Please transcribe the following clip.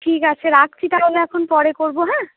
ঠিক আছে রাখছি তাহলে এখন পরে করবো হ্যাঁ